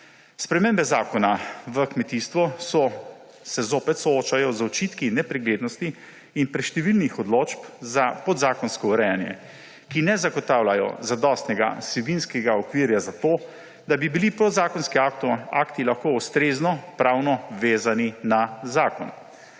Spremembe Zakona v kmetijstvu se zopet soočajo z očitki nepreglednosti in preštevilnih odločb za podzakonsko urejanje, ki ne zagotavljajo zadostnega vsebinskega okvirja za to, da bi bili podzakonski akti lahko ustrezno pravno vezani na zakon.